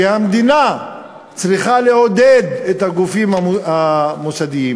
שהמדינה צריכה לעודד את הגופים המוסדיים